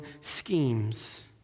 schemes